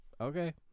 Okay